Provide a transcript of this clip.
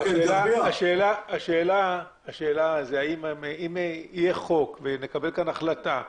אם יהיה חוק ונקבל כאן החלטה,